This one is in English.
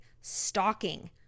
stalking